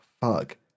fuck